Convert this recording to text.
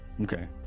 okay